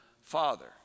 father